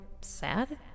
sad